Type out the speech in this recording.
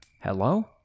Hello